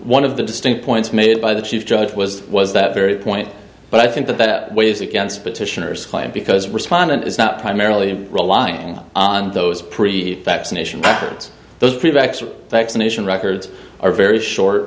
one of the distinct points made by the chief judge was was that very point but i think that that weighs against petitioners claim because respondent is not primarily relying on those pre vaccination records those prove actual vaccination records are very short